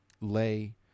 lay